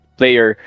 player